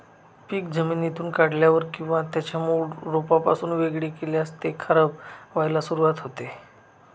पीक जमिनीतून काढल्यावर किंवा त्याच्या मूळ रोपापासून वेगळे केल्यास ते खराब व्हायला सुरुवात होते